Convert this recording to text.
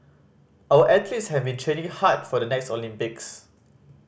our athletes have been training hard for the next Olympics